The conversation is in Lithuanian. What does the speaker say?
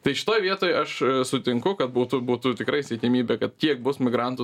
tai šitoj vietoj aš sutinku kad būtų būtų tikrai siekiamybė kad kiek bus migrantų